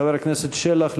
חבר הכנסת שלח,